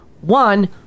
One